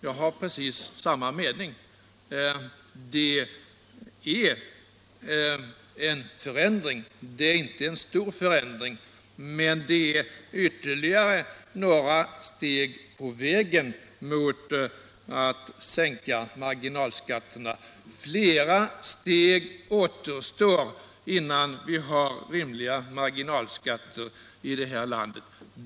Jag har precis samma mening. Det är inte en stor förändring, men det är ytterligare några steg på vägen mot att sänka marginalskatterna. Flera steg återstår innan vi har fått rimliga marginalskatter i det här landet.